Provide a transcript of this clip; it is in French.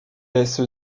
laisse